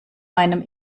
meinem